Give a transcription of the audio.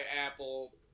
apple